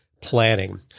planning